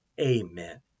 Amen